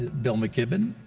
bill mckibben.